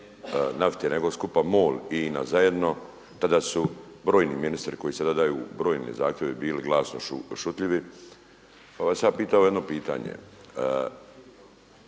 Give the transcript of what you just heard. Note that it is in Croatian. nafte nego skupa MOL i INA zajedno tada su brojni ministri koji sada daju brojne zahtjeve bili glasom šutljivi, pa bih vas ja pitao jedno pitanje.